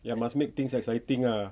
ya must make things exciting ah